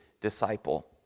disciple